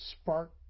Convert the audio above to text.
spark